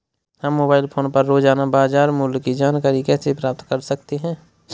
हम mobile phone पर रोजाना बाजार मूल्य की जानकारी कैसे प्राप्त कर सकते हैं?